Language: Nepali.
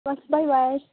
bus bye by